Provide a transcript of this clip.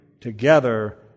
together